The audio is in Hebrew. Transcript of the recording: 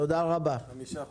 תודה רבה, הישיבה נעולה.